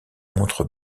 montre